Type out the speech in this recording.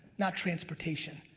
not transportation.